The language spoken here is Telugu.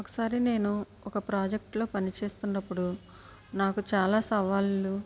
ఒకసారి నేను ఒక ప్రాజెక్టులో పని చేస్తున్నప్పుడు నాకు చాలా సవాళ్లు